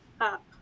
up